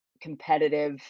competitive